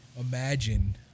imagine